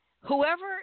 whoever